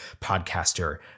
podcaster